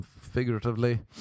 Figuratively